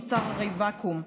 נוצר ואקום,